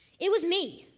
it was me,